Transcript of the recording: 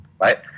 right